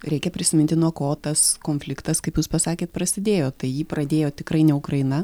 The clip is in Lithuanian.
reikia prisiminti nuo ko tas konfliktas kaip jūs pasakėt prasidėjo tai jį pradėjo tikrai ne ukraina